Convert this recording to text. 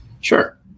Sure